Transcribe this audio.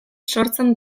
sortzen